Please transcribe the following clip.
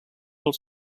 als